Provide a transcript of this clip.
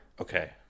Okay